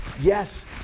yes